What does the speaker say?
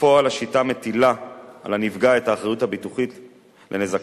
בפועל השיטה מטילה על הנפגע את האחריות הביטוחית לנזקיו.